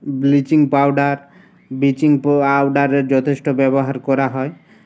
bleaching powder bleaching পাউডারের যথেষ্ট ব্যবহার করা হয়